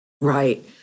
Right